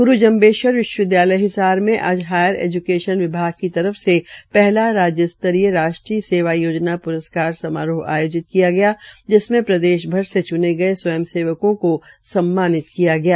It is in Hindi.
ग्रू जंबेश्वर विश्वविद्यालय हिसार में आज हायर एज्केशन विभाग की तर फ से पहला राज्य स्तरीय राष्ट्रीय सेवा योजना प्रस्कार समारोह आयोजित किया गया जिसके प्रदेश भर से च्ने गये स्वयं सेवकों को स्म्मानित कियागया